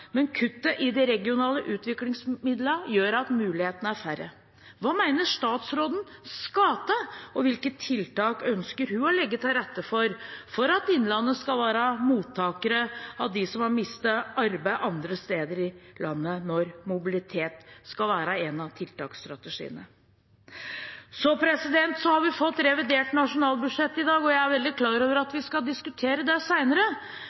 Men kuttet i de regionale utviklingsmidlene gjør at mulighetene er færre. Hva mener statsråden skal til, og hvilke tiltak ønsker hun å legge til rette for, for at innlandet skal være mottakere av dem som har mistet arbeid andre steder i landet, når mobilitet skal være en av tiltaksstrategiene? Vi har fått revidert nasjonalbudsjett i dag. Jeg er veldig klar over at vi skal diskutere det